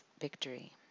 victory